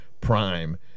Prime